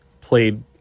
played